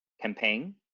campaign